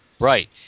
Right